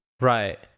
Right